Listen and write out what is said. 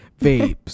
vapes